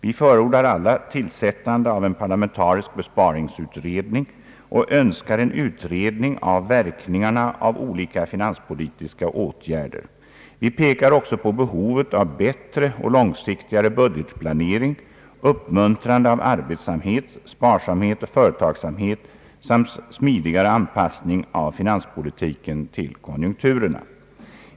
Vi förordar alla tillsättande av en parlamentarisk besparingsutredning och önskar en utredning om verkningarna av olika finanspolitiska åtgärder. Vi pekar också på behovet av bättre och långsiktigare budgetplanering, uppmuntrande av arbetsamhet, sparsamhet och företagsamhet samt smidigare anpassning av finanspolitiken till konjunkturerna.